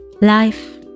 Life